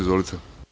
Izvolite.